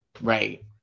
Right